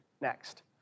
next